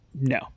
no